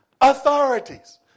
authorities